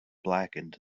blackened